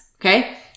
okay